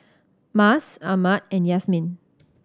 Mas Ahmad and Yasmin